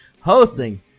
hosting